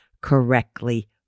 correctly